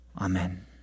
Amen